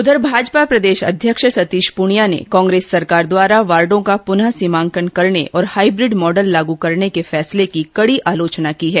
उधर भाजपा प्रदेशाध्यक्ष सतीश पूनियां ने कांग्रेस सरकार द्वारा वार्डो का पूनः सीमांकन करने और हाईब्रिड मॉडल लागू करने के फैसले की कड़ी आलोचना की है